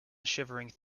shivering